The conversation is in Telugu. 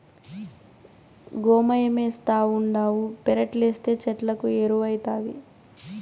గోమయమేస్తావుండావు పెరట్లేస్తే చెట్లకు ఎరువౌతాది